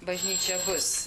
bažnyčia bus